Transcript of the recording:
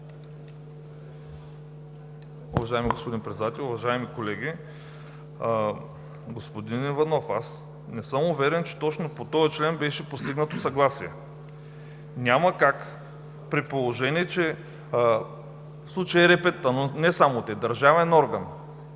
Уважаеми господин Председател, уважаеми колеги! Господин Иванов, аз не съм уверен, че точно по този член беше постигнато съгласие. Няма как, при положение че в случая ЕРП-тата, но не само те, държавен орган